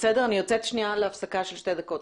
אני יוצאת להפסקה של שתי דקות.